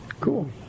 Cool